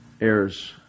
heirs